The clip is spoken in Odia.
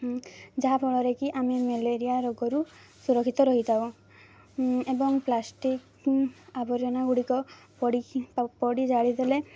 ଯାହାଫଳରେ କି ଆମେ ମାଲେରିଆ ରୋଗରୁ ସୁରକ୍ଷିତ ରହିଥାଉ ଏବଂ ପ୍ଲାଷ୍ଟିକ୍ ଆବର୍ଜନା ଗୁଡ଼ିକ ପଡ଼ିକି ପଡ଼ି ଜାଳିଦେଲେ